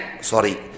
sorry